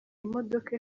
imodoka